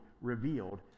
revealed